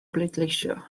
bleidleisio